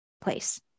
place